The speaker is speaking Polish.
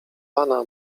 pana